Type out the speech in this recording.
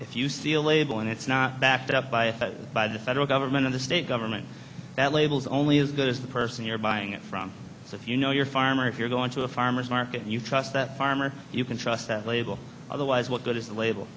if you steal label and it's not backed up by a by the federal government of the state government that labels only as good as the person you're buying it from so if you know your farm or if you're going to a farmer's market and you trust that farmer you can trust that label otherwise what good is the label